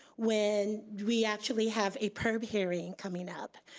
when we actually have a perb hearing coming up.